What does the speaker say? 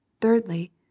Thirdly